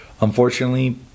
unfortunately